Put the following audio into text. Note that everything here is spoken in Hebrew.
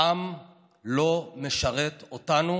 העם לא משרת אותנו,